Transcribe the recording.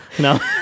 no